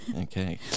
okay